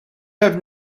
have